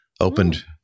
opened